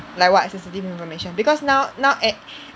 like what sensitive information because now now at